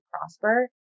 prosper